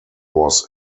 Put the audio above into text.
was